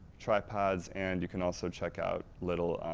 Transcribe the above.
tripods and you can also check out little,